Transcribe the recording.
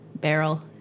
barrel